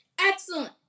Excellent